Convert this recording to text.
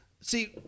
See